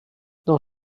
dans